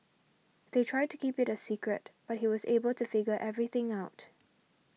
they tried to keep it a secret but he was able to figure everything out